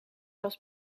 was